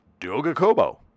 Dogakobo